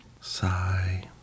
Sigh